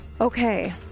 Okay